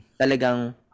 talagang